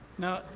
now,